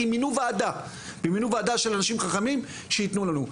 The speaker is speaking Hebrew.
כי מינו ועדה של אנשים חכמים שיתנו לנו.